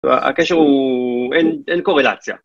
הקשר הוא, אין קורלציה.